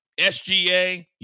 SGA